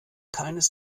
keines